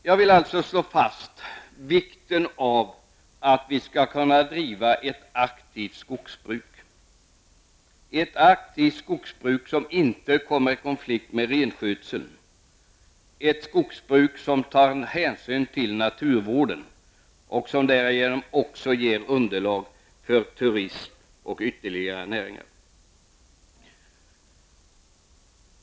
Jag vill slå fast vikten av detta för att vi skall kunna driva ett aktivt skogsbruk, ett skogsbruk som inte kommer i konflikt med renskötseln, som tar hänsyn till naturvården och som därigenom också ger underlag för turism och ytterligare näringar.